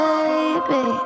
Baby